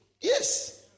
Yes